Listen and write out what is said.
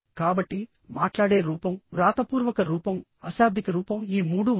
కాబట్టి మాట్లాడే రూపం వ్రాతపూర్వక రూపం అశాబ్దిక రూపం ఈ మూడూ ఉన్నాయి